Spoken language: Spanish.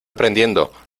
prendiendo